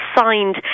signed